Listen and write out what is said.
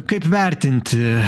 kaip vertinti